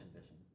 vision